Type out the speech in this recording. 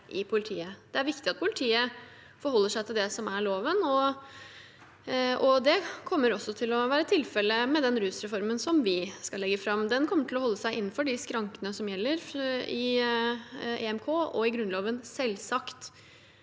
Det er viktig at politiet forholder seg til det som er loven, og det kommer også til å være tilfellet med den rusreformen vi skal legge fram. Den kommer til å holde seg innenfor de skrankene som gjelder i EMK og i Grunnloven – selvsagt.